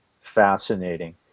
fascinating